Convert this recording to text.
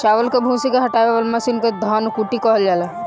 चावल के भूसी के हटावे वाला मशीन के धन कुटी कहल जाला